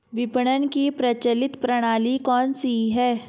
विपणन की प्रचलित प्रणाली कौनसी है?